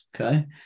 okay